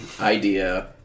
idea